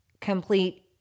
complete